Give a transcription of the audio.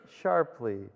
sharply